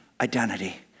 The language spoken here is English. identity